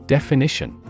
Definition